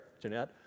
Jeanette